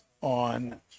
on